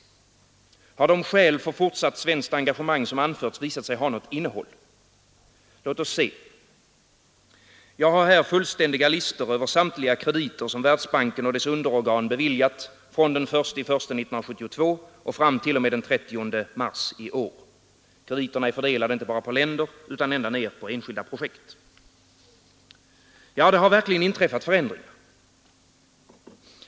Har de skäl för fortsatt svenskt engagemang som anförts visat sig ha något innehåll? Låt oss se. Jag har här fullständiga listor över samtliga krediter som Världsbanken och dess underorgan beviljat från 1 januari 1972 och fram t.o.m. 30 mars i år. Krediterna är fördelade inte bara på länder utan ända ner på enskilda projekt. Ja, det har verkligen inträffat förändringar.